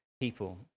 people